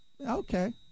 okay